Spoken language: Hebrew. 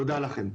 תודה לכם.